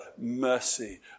mercy